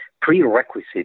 prerequisite